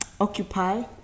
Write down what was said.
occupy